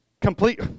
complete